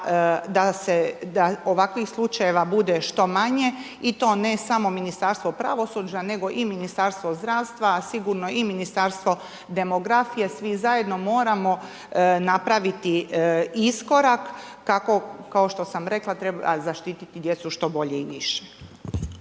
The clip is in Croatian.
da ovakvih slučajeva bude što manje i to ne samo Ministarstvo pravosuđa, nego i Ministarstvo zdravstva, a sigurno i Ministarstvo demografije, svi zajedno moramo napraviti iskorak kako, kao što sam rekla, zaštiti djecu što bolje i više.